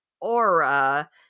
aura